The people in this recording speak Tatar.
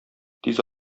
тиз